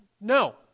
no